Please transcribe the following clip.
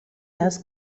las